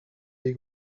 des